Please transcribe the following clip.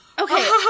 Okay